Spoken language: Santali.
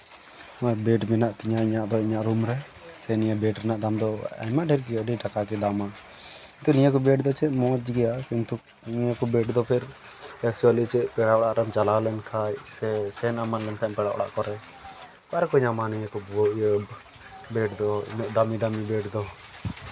ᱤᱧᱟᱹᱜ ᱫᱚ ᱵᱮᱰ ᱢᱮᱱᱟᱜ ᱛᱤᱧᱟ ᱤᱧᱟᱹᱜ ᱫᱚ ᱤᱧᱟᱹᱜ ᱨᱩᱢ ᱨᱮ ᱥᱮ ᱱᱤᱭᱟᱹ ᱵᱮᱰ ᱨᱮᱱᱟᱜ ᱫᱟᱢ ᱫᱚ ᱟᱭᱢᱟ ᱰᱷᱮᱨ ᱜᱮ ᱟᱹᱰᱤ ᱴᱟᱠᱟᱜᱮ ᱫᱟᱢᱼᱟ ᱱᱤᱭᱟᱹ ᱠᱚ ᱵᱮᱰ ᱫᱚ ᱪᱮᱫ ᱢᱚᱡᱽ ᱜᱮᱭᱟ ᱠᱤᱱᱛᱩ ᱱᱤᱭᱟᱹ ᱠᱚ ᱵᱮᱰ ᱫᱚ ᱯᱮ ᱮᱠᱪᱩᱞᱞᱤ ᱪᱮᱫ ᱯᱮᱲᱟ ᱚᱲᱟᱜ ᱨᱮᱢ ᱪᱟᱞᱟᱣ ᱞᱮᱱᱠᱷᱟᱡ ᱥᱮ ᱥᱮᱱ ᱮᱢᱟᱱ ᱞᱮᱱᱠᱷᱟᱡ ᱯᱮᱲᱟ ᱚᱲᱟᱜ ᱠᱚᱨᱮ ᱚᱠᱟ ᱨᱮᱠᱚ ᱧᱟᱢᱼᱟ ᱱᱤᱭᱟᱹ ᱠᱚ ᱵᱮᱰ ᱫᱚ ᱫᱟᱹᱢᱤ ᱫᱟᱹᱢᱤ ᱵᱮᱰ ᱫᱚ